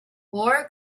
more